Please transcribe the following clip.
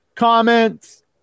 comments